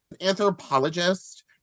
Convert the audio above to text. anthropologist